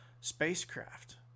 spacecraft